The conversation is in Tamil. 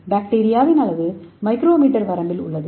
பாக்டீரியாவின் அளவு மைக்ரோமீட்டர் வரம்பில் உள்ளது